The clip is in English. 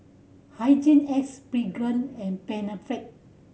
Hygin X Pregain and Panaflex